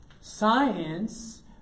Science